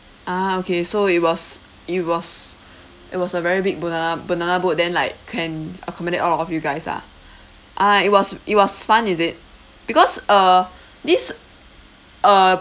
ah okay so it was it was it was a very big banana banana boat then like can accommodate all of you guys lah ah it was it was fun is it because uh this uh